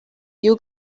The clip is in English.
you